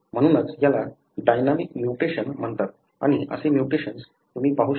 म्हणूनच याला dynamic mutation म्हणतात आणि असे म्युटेशन्स तुम्ही पाहू शकता